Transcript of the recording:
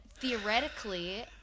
theoretically